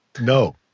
No